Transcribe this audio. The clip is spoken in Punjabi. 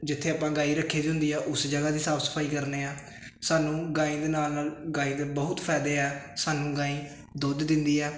ਜਿੱਥੇ ਆਪਾਂ ਗਾਂ ਰੱਖੀ ਹੁੰਦੀ ਆ ਉਸ ਜਗ੍ਹਾ ਦੀ ਸਾਫ਼ ਸਫਾਈ ਕਰਦੇ ਹਾਂ ਸਾਨੂੰ ਗਾਂ ਦੇ ਨਾਲ ਨਾਲ ਗਾਂ ਦੇ ਬਹੁਤ ਫ਼ਾਇਦੇ ਹੈ ਸਾਨੂੰ ਗਾਂ ਦੁੱਧ ਦਿੰਦੀ ਹੈ